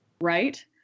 right